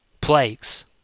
plagues